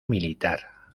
militar